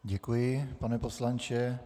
Děkuji, pane poslanče.